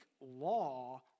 law